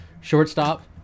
shortstop